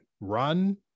run